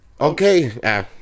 Okay